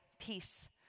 peace